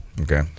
Okay